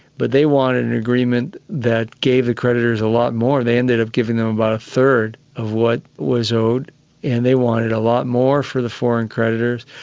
but they wanted an agreement that gave the creditors a lot more. they ended up giving them about a third of what was owed and they wanted a lot more for the foreign creditors.